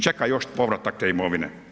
Čeka još povratak te imovine.